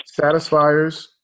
Satisfiers